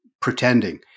pretending